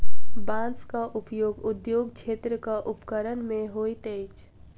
बांसक उपयोग उद्योग क्षेत्रक उपकरण मे होइत अछि